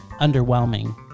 underwhelming